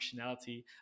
functionality